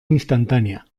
instantánea